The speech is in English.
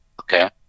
Okay